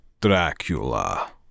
Dracula